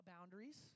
boundaries